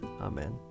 Amen